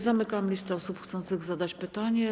Zamykam listę osób chcących zadać pytanie.